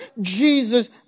Jesus